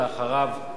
ואחריו,